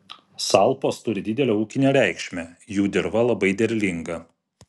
salpos turi didelę ūkinę reikšmę jų dirva labai derlinga